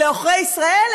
אלה עוכרי ישראל?